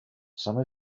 some